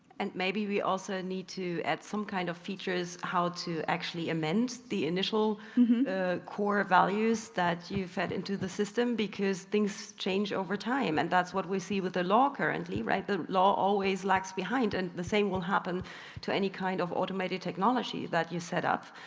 and maybe we also need to add some kind of features how to actually amend the initial core values that you fed into the system because things change over time and that's what we see with the law currently. right, the law always lags behind and the same will happen to any kind of automated technology that you set up.